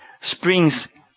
springs